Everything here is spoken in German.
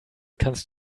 kannst